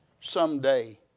someday